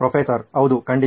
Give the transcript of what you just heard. professor ಹೌದು ಖಂಡಿತ